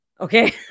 Okay